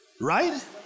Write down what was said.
right